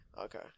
Okay